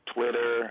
Twitter